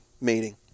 meeting